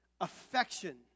affection